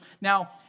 Now